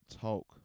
talk